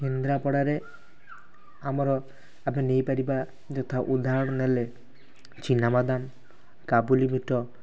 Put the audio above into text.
କେନ୍ଦ୍ରାପଡ଼ାରେ ଆମର ଆମେ ନେଇପାରିବା ଯଥା ଉଦାହରଣ ନେଲେ ଚିନାବାଦାମ କାବୁଲି ବୁଟ